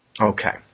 Okay